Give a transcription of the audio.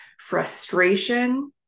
frustration